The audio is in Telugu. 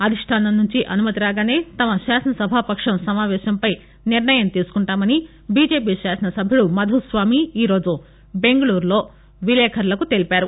అధిష్ఠానం నుంచి అనుమతి రాగానే తమ శాసనసభాపక్షం సమావేశంపై నిర్ణయం తీసుకుంటామని బీజేపీ శాసనసభ్యుడు మధుస్వామి ఇవాళ బెంగళూరులో విలేకరులకు తెలిపారు